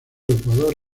ecuador